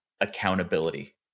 accountability